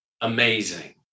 Amazing